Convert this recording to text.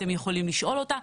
אתם יכולים לשאול אותה.